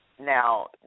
now